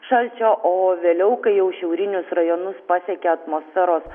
šalčio o vėliau kai jau šiaurinius rajonus pasiekė atmosferos